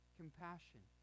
compassion